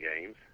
games